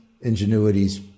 ingenuities